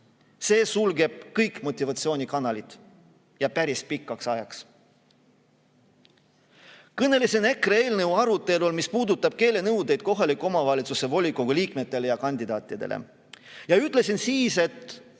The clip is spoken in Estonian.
See sulgeb kõik motivatsioonikanalid, ja päris pikaks ajaks. Kõnelesin EKRE eelnõu arutelul ka teemal, mis puudutab keelenõudeid kohaliku omavalitsuse volikogu liikmetele ja kandidaatidele. Ma ütlesin siis, et